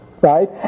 right